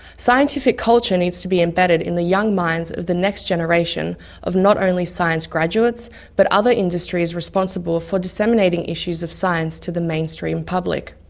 scientific culture needs to be embedded in the young minds of the next generation of not only science graduates but other industries responsible for disseminating issues of science to the mainstream public.